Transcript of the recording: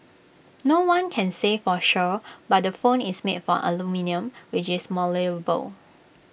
no one can say for sure but the phone is made from aluminium which is malleable